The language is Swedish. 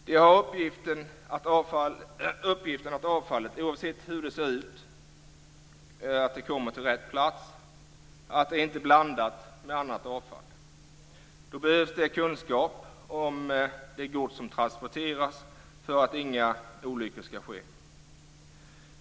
De har uppgiften att se till att avfallet, oavsett hur det ser ut, kommer till rätt plats och att det inte är blandat med annat avfall. Då behövs det kunskap om det gods som transporteras för att inga olyckor skall ske.